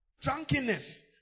drunkenness